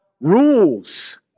rules